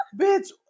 bitch